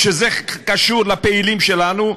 כשזה קשור לפעילים שלנו,